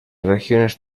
regiones